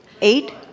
Eight